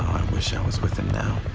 wish i was with him now.